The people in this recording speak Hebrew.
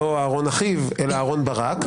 לא אהרון אחיו אלא אהרון ברק.